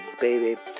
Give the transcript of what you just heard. baby